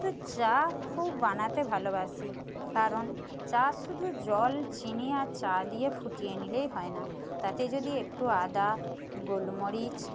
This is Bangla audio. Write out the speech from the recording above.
তো চা খুব বানাতে ভালোবাসি কারণ চা শুধু জল চিনি আর চা দিয়ে ফুটিয়ে নিলেই হয় না তাতে যদি একটু আদা গোলমরিচ